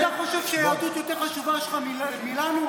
אתה חושב שהיהדות יותר חשובה לך מלנו?